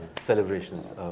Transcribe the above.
celebrations